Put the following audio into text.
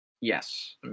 Yes